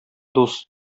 дус